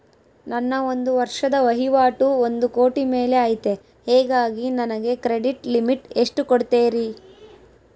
ನನ್ನ ಒಂದು ವರ್ಷದ ವಹಿವಾಟು ಒಂದು ಕೋಟಿ ಮೇಲೆ ಐತೆ ಹೇಗಾಗಿ ನನಗೆ ಕ್ರೆಡಿಟ್ ಲಿಮಿಟ್ ಎಷ್ಟು ಕೊಡ್ತೇರಿ?